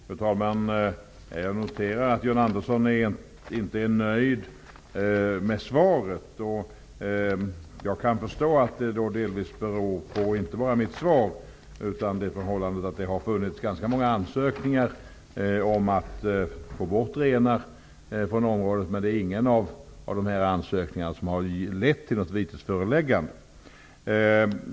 Fru talman! Jag noterar att John Andersson inte är nöjd med svaret. Jag kan förstå att hans missnöje inte bara beror på svaret i sig utan också på det faktum att ingen av de ganska många ansökningarna om att få bort renar från området har lett till något vitesföreläggande.